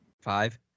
five